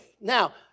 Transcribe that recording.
Now